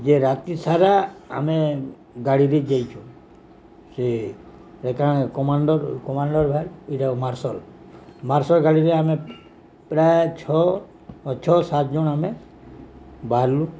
ଯେ ରାତି ସାରା ଆମେ ଗାଡ଼ିରେ ଯେଇଛୁ ସେ କାଣା କମାଣ୍ଡର କମାଣ୍ଡର ଭଲ ଏଇଟା ମାର୍ସଲ ମାର୍ସଲ ଗାଡ଼ିରେ ଆମେ ପ୍ରାୟ ଛଅ ଛଅ ସାତ ଜଣ ଆମେ ବାହାରିଲୁ